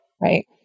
right